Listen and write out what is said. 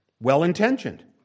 well-intentioned